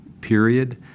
period